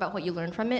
about what you learned from